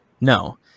no